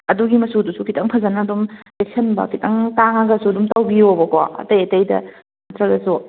ꯑꯗꯨꯒꯤ ꯃꯆꯨꯗꯨꯁꯨ ꯈꯤꯇꯪ ꯐꯖꯅ ꯑꯗꯨꯝ ꯆꯦꯛꯁꯤꯟꯕ ꯈꯤꯇꯪ ꯇꯥꯡꯉꯒꯁꯨ ꯑꯗꯨꯝ ꯇꯧꯕꯤꯌꯣꯕꯀꯣ ꯑꯇꯩ ꯑꯇꯩꯗ ꯆꯠꯂꯁꯨ